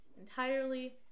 entirely